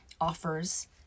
offers